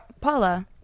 Paula